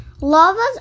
Lava's